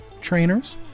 trainers